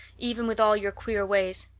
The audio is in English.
even with all your queer ways.